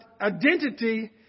identity